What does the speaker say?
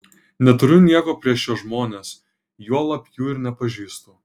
neturiu nieko prieš šiuos žmones juolab jų ir nepažįstu